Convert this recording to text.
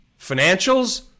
Financials